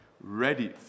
ready